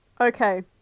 Okay